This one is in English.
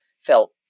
felt